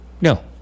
No